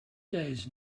days